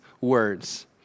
words